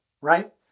right